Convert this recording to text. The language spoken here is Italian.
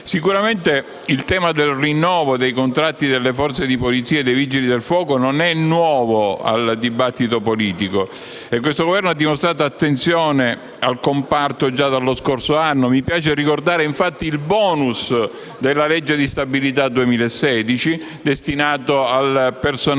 Sicuramente il tema del rinnovo dei contratti delle forze di polizia e dei Vigili del fuoco non è nuovo al dibattito politico e questo Governo ha dimostrato attenzione al comparto già dallo scorso anno. Mi piace ricordare, infatti, il *bonus* previsto dalla legge di stabilità 2016 destinato al personale